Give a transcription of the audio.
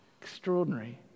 Extraordinary